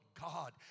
God